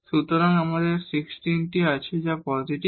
সুতরাং আমাদের 16 টি আছে যা পজিটিভ